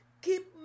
Keep